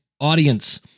audience